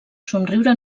somriure